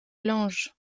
lange